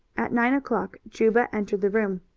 at nine o'clock juba entered the room.